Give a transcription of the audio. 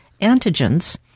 antigens